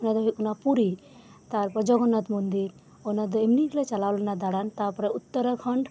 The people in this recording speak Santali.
ᱚᱱᱟᱫᱚ ᱦᱩᱭᱩᱜ ᱠᱟᱱᱟ ᱯᱩᱨᱤ ᱛᱟᱯᱚᱨ ᱡᱚᱜᱚᱱᱟᱛᱷ ᱢᱩᱱᱫᱤᱨ ᱚᱱᱟᱫᱤ ᱮᱢᱱᱤ ᱜᱮᱞᱮ ᱪᱟᱞᱟᱣ ᱞᱮᱱᱟ ᱫᱟᱬᱟᱱ ᱛᱟᱯᱚᱨᱮ ᱩᱛᱚᱨᱟᱠᱷᱚᱸᱰ